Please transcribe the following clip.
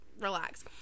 relax